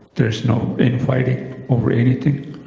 there is no infighting over anything.